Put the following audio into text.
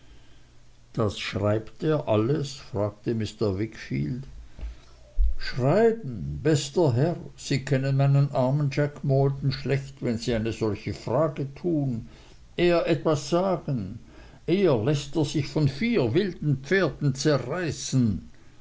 das schreibt er alles fragte mr wickfield schreiben bester herr sie kennen meinen armen jack maldon schlecht wenn sie eine solche frage tun er etwas sagen eher läßt er sich von vier wilden pferden zerreißen